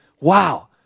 wow